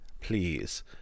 please